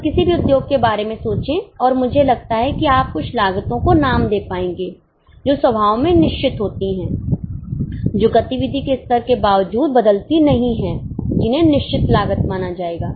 बस किसी भी उद्योग के बारे में सोचें और मुझे लगता है कि आप कुछ लागतो को नाम दे पाएंगे जो स्वभाव में निश्चित होती हैं जो गतिविधि के स्तर के बावजूद बदलती नहीं हैं जिन्हें निश्चित लागत माना जाएगा